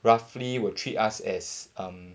roughly will treat us as um